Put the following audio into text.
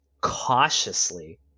cautiously